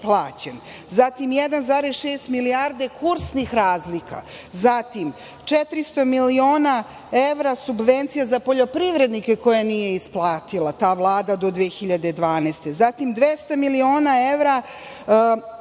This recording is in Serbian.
Zatim, 1,6 milijardi krusnih razlika. Zatim, 400 miliona evra subvencija za poljoprivrednike koje nije isplatila, ta Vlada do 2012. godine. Zatim, 200 miliona evra na